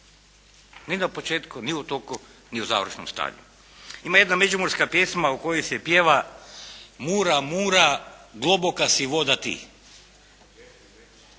Ni na početku, ni u toku, ni u završnom stanju. Ima jedna međimurska pjesma u kojoj se pjeva "Mura, Mura, globoka si voda ti".